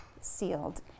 sealed